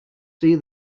see